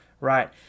right